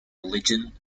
religion